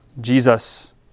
Jesus